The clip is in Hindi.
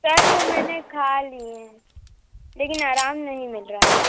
सर वो मैंने खा लिए हैं लेकिन आराम नहीं मिल रहा है